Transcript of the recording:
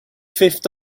fifth